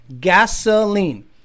gasoline